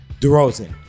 DeRozan